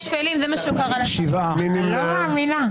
הצבעה לא אושרו.